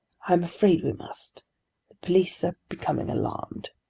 i am afraid we must. the police are becoming alarmed.